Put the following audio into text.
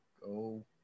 go